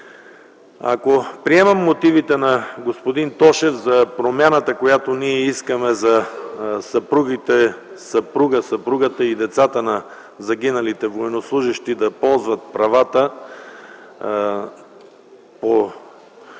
Ако приемем мотивите на господин Тошев за промяната, която ние искаме за съпруга, съпрузите и децата на загиналите военнослужещи да ползват правата,